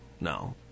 no